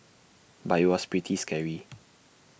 but IT was pretty scary